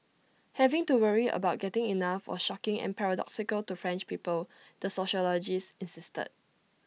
having to worry about getting enough was shocking and paradoxical to French people the sociologist insisted